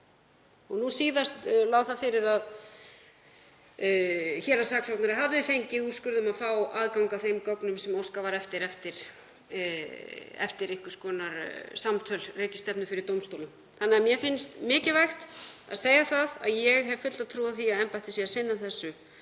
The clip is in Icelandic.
Nú síðast lá það fyrir að héraðssaksóknari hefði fengið úrskurð um að fá aðgang að þeim gögnum sem óskað var eftir eftir einhvers konar samtöl, rekistefnu, fyrir dómstólum. Mér finnst mikilvægt að segja að ég hef fulla trú á því að embættið sé að sinna þessu